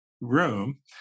room